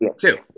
two